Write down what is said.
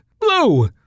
Blue